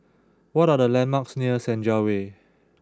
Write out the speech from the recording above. what are the landmarks near Senja Way